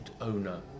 owner